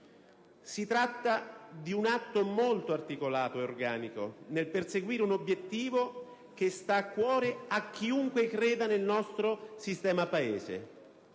Si tratta di un atto molto articolato e organico nel perseguire un obiettivo che sta a cuore a chiunque creda nel nostro sistema Paese: